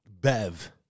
Bev